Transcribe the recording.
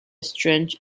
strange